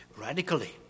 radically